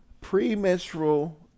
Premenstrual